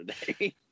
today